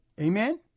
Amen